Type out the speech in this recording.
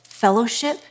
fellowship